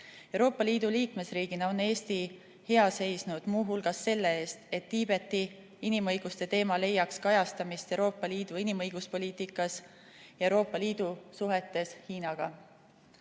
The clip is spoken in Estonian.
Euroopa Liidu liikmesriigina on Eesti hea seisnud muu hulgas selle eest, et Tiibeti inimõiguste teema leiaks kajastamist Euroopa Liidu inimõiguspoliitikas, Euroopa Liidu suhetes Hiinaga.